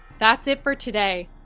that's it for today.